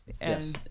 Yes